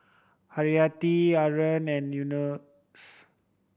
Haryati Haron and Yunos